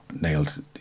nailed